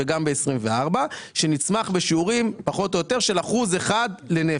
גם ב-24' שנצמח בשיעורים פחות או יותר של 1% לנפש.